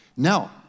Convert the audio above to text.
Now